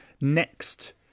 next